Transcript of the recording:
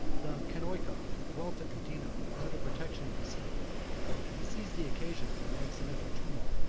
the kainoka dwelt at medina under the protection of the city he seized the occasion of an accidental tumult,